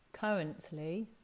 currently